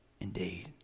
indeed